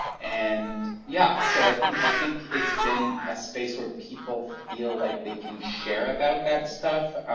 and, yeah, so i think i think it's been a space where people feel like they can share about that stuff